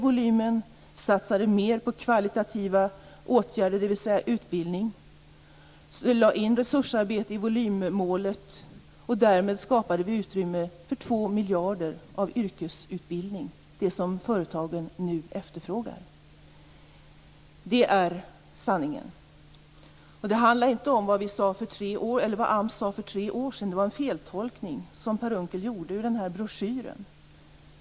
Vi satsade mera på kvalitativa åtgärder, dvs. på utbildning. Vi lade in resursarbeten i volymmålet. Därmed skapade vi utrymme för yrkesutbildning för 2 miljarder kronor, alltså vad företagen nu efterfrågar. Detta är sanningen. Det handlar inte om vad AMS sade för tre år sedan. Per Unckel gjorde en feltolkning av vad som står i broschyren i fråga.